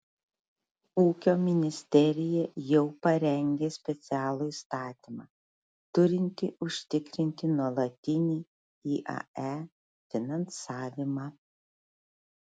ūkio ministerija jau parengė specialų įstatymą turintį užtikrinti nuolatinį iae finansavimą